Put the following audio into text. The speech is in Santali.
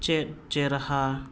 ᱪᱮᱫ ᱪᱮᱦᱨᱟ